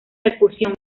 percusión